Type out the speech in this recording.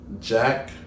Jack